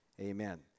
amen